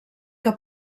que